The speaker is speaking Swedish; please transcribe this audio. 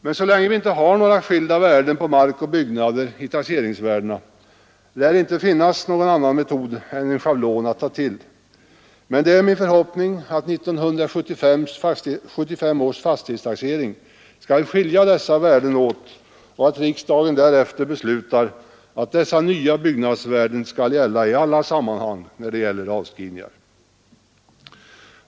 Men så länge mark och byggnader inte skils åt i taxeringsvärdena lär det inte finnas någon annan metod än en schablon att ta till. Det är dock min förhoppning att 1975 års fastighetstaxering skall skilja dessa värden åt och att riksdagen därefter beslutar att de nya byggnadsvärdena skall gälla i alla sammanhang när det gäller avskrivningar.